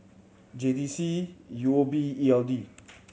J T C U O B and E L D